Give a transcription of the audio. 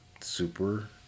super